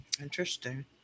Interesting